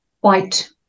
white